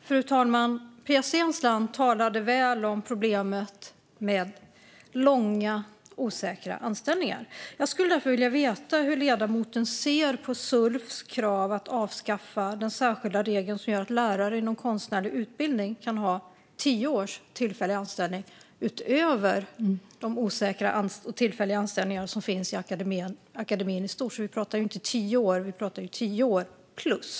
Fru talman! Pia Steensland talade väl om problemet med långa, osäkra anställningar. Jag skulle därför vilja veta hur ledamoten ser på Sulfs krav på att avskaffa den särskilda regel som gör att lärare inom konstnärlig utbildning kan ha tio års tillfällig anställning utöver de osäkra och tillfälliga anställningar som finns inom akademin i stort. Vi pratar inte om tio år utan om tio år plus.